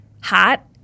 hot